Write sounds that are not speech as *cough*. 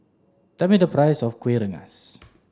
tell me the price of kueh rengas *noise*